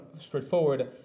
straightforward